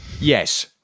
Yes